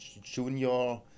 Junior